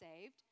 saved